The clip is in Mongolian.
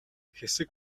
хэсэг